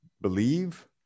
believe